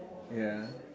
ya